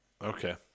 Okay